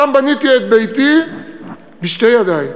שם בניתי את ביתי בשתי ידי.